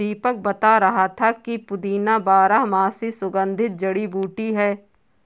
दीपक बता रहा था कि पुदीना बारहमासी सुगंधित जड़ी बूटी है